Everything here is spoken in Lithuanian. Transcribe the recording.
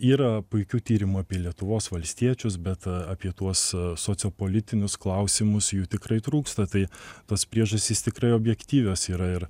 yra puikių tyrimų apie lietuvos valstiečius bet apie tuos sociopolitinius klausimus jų tikrai trūksta tai tos priežastys tikrai objektyvios yra ir